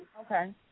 Okay